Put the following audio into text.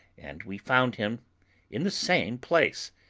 and we found him in the same place,